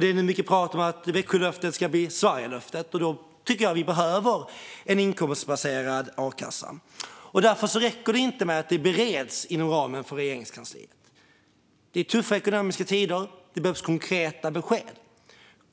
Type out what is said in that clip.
Det är nu mycket prat om att Växjölöftet ska bli Sverigelöftet, och då tycker jag att vi behöver en inkomstbaserad a-kassa. Därför räcker det inte att detta bereds inom ramen för Regeringskansliet. Det är tuffa ekonomiska tider; det behövs konkreta besked.